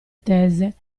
tese